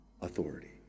authority